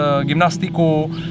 gymnastiku